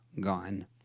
gone